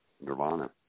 Nirvana